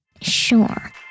Sure